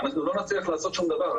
אנחנו לא נצליח לעשות שום דבר.